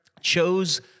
chose